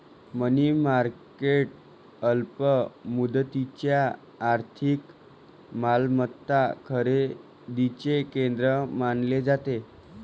मनी market अल्प मुदतीच्या आर्थिक मालमत्ता खरेदीचे केंद्र मानले जाते